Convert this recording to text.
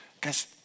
Guys